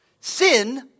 Sin